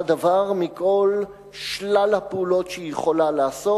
דבר מכל שלל הפעולות שהיא יכולה לעשות.